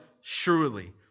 surely